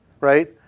right